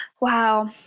Wow